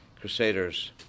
Crusaders